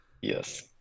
Yes